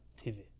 TV